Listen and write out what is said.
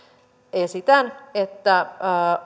esitän että